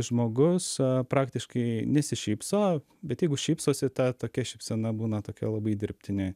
žmogus praktiškai nesišypso bet jeigu šypsosi ta tokia šypsena būna tokia labai dirbtinė